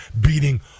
beating